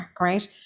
Right